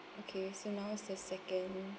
okay so now is the second